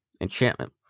Enchantment